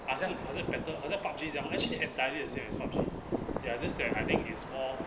ah 是好像 battle 好像 PUBG 这样 actually entirely the same as PUBG ya just that I think it's more